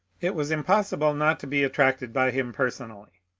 it was impossible not to be attracted by him personally.